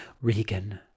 Regan